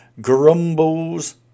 grumbles